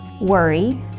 worry